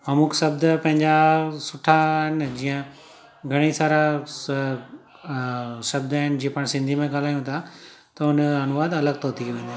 अमुक शब्द पंहिंजा सुठा आहिनि जीअं घणेई सारा स अ शब्द आहिनि जीअं पाण सिंधी में ॻाल्हायूं था त हुनजो अनुवाद अलॻि थो थी वञे